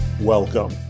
welcome